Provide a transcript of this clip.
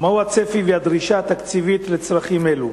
ומהו הצפי והדרישה התקציבית לצרכים אלה?